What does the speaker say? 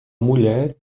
mulher